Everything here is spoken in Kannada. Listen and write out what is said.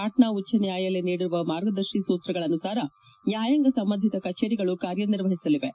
ಪಾಟ್ನಾ ಉಚ್ಚ ನ್ಯಾಯಾಲಯ ನೀಡಿರುವ ಮಾರ್ಗದರ್ಶಿ ಸೂತ್ರಗಳ ಅನುಸಾರ ನ್ನಾಯಾಂಗ ಸಂಬಂಧಿತ ಕಚೇರಿಗಳು ಕಾರ್ಯನಿರ್ವಹಿಸಲಿವೆ